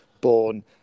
born